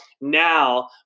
Now